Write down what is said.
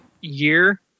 year